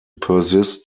persist